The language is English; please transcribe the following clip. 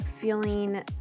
feeling